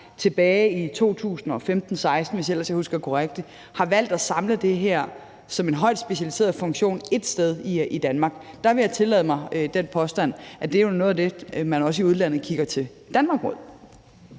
tilbage i 2015, 2016, hvis ellers jeg husker korrekt – har valgt at samle det her som en højt specialiseret funktion ét sted i Danmark, vil jeg tillade mig den påstand, at det er noget af det, man også i udlandet kigger mod Danmark på